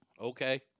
Okay